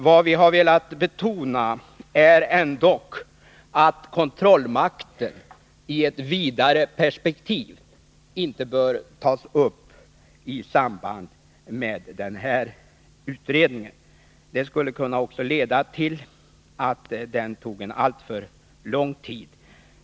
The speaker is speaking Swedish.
Vad vi har velat betona är ändock att frågan om kontrollmakten i ett vidare perspektiv inte bör tas upp i samband med denna utredning. Det skulle kunna leda till att den tog alltför lång tid.